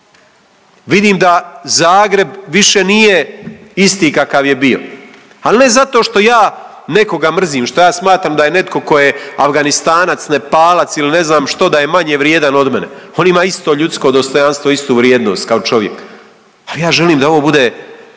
vidim da Zagreb više nije isti kakav je bio, ali ne zato što ja nekoga mrzim, što ja smatram da je netko tko je Afganistanac, Nepalac ili ne znam što, da je manje vrijedan od mene, on ima isto ljudsko dostojanstvo, istu vrijednost kao čovjek, ali ja želim da ovo bude